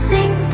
Sing